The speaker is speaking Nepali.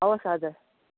हवस् हजुर